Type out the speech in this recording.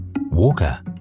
Walker